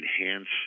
enhance